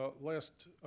last